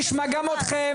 אני אשמע גם אתכם.